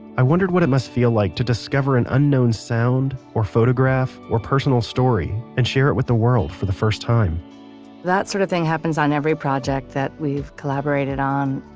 i wondered what it must feel like to discover an unknown sound, or photograph, or personal story, and share it with the world for this first time that sort of thing happens on every project that we've collaborated on.